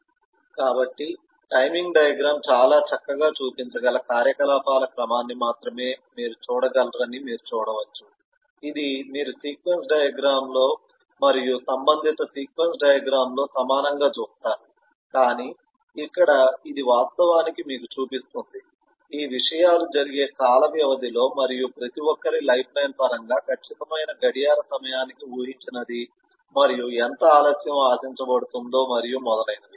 కాబట్టి timing diagram చాలా చక్కగా చూపించగల కార్యకలాపాల క్రమాన్ని మాత్రమే మీరు చూడగలరని మీరు చూడవచ్చు ఇది మీరు సీక్వెన్స్ డయాగ్రమ్ లో మరియు సంబంధిత సీక్వెన్స్ డయాగ్రమ్ లో సమానంగా చూస్తారు కానీ ఇక్కడ ఇది వాస్తవానికి మీకు చూపిస్తుంది ఈ విషయాలు జరిగే కాల వ్యవధిలో మరియు ప్రతి ఒక్కరి లైఫ్ లైన్ పరంగా ఖచ్చితమైన గడియార సమయానికి ఊహించినది మరియు ఎంత ఆలస్యం ఆశించబడుతుందో మరియు మొదలైనవి